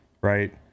right